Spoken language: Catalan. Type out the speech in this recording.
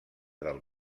del